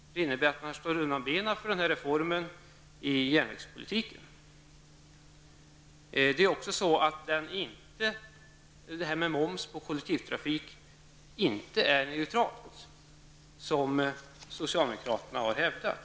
Det innebär att benen slås undan för reformen i järnvägspolitiken. Moms på kollektivtrafik är inte neutralt, såsom socialdemokraterna har hävdat.